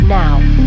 now